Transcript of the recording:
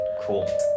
Cool